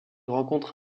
rencontre